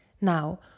Now